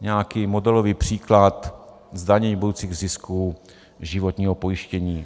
nějaký modelový příklad zdanění budoucích zisků životního pojištění.